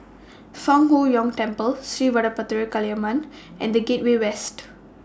Fang Huo Yuan Temple Sri Vadapathira Kaliamman and The Gateway West